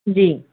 جی